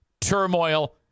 turmoil